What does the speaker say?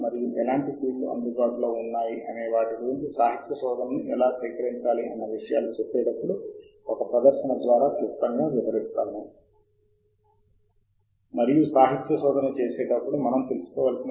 మరియు ప్రచురణ తేదీ క్రమబద్ధీకరించడం ద్వారా పురాతనమైనది ఎగువన ఉన్నది అన్ని ప్రారంభమైనవి ఏమిటో చూడటం ముఖ్యం లేదా ఈ ప్రాంతంలో చాలా పాత ప్రచురణలు తద్వారా ఈ ప్రత్యేక పరిశోధనా ప్రాంతం ఎలా ఉంటుందో మీరు చూడవచ్చు మొదలైంది